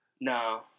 No